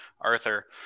Arthur